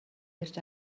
ирж